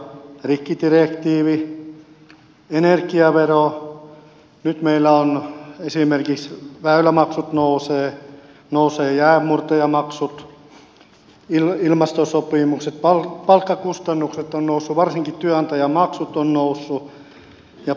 rikkidirektiivi energiavero nyt meillä esimerkiksi väylämaksut nousevat nousevat jäänmurtajamaksut ilmastosopimukset palkkakustannukset ovat nousseet varsinkin työnantajamaksut ovat nousseet ja polttoaineitten hinnat